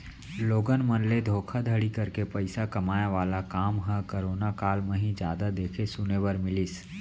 लोगन मन ले धोखाघड़ी करके पइसा कमाए वाला काम ह करोना काल म ही जादा देखे सुने बर मिलिस